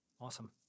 Awesome